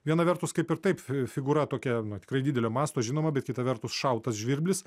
viena vertus kaip ir taip figūra tokia tikrai didelio masto žinoma bet kita vertus šautas žvirblis